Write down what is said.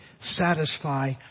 satisfy